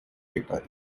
data